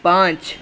پانچ